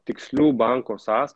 tikslių banko sąs